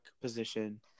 position